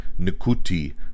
Nikuti